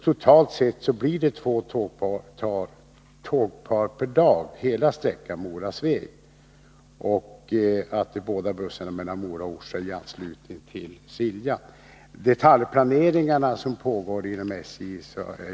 Totalt blir det två tågpar per dag hela sträckan Mora-Sveg och bussar mellan Mora och Orsa i anslutning till Siljan.